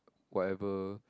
whatever